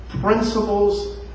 principles